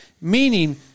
meaning